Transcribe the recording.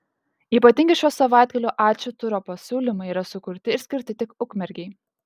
ypatingi šio savaitgalio ačiū turo pasiūlymai yra sukurti ir skirti tik ukmergei